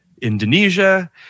Indonesia